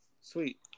Sweet